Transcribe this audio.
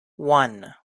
one